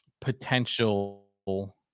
potential